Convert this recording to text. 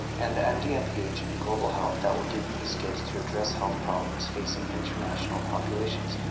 and the md mph in global health that will give you the skills to address health problems facing international populations.